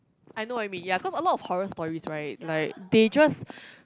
I know what you mean ya cause a lot of horror stories right like they just